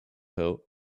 coat